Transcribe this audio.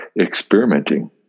experimenting